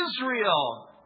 Israel